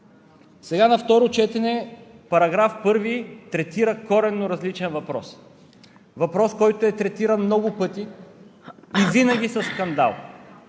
Сега на второ четене § 1 третира коренно различен въпрос – въпрос, който е третиран много пъти и винаги със скандал.